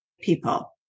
people